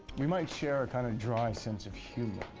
we might share a kind of dry sense of humor.